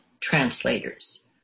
translators